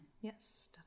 yes